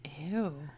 Ew